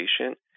patient